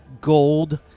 gold